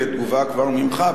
לתגובה כבר ממך,